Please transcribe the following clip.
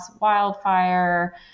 wildfire